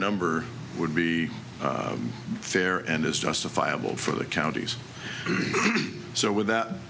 number would be fair and is justifiable for the county's so with that